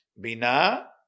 Bina